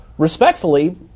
respectfully